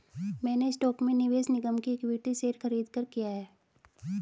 मैंने स्टॉक में निवेश निगम के इक्विटी शेयर खरीदकर किया है